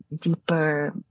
deeper